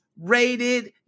rated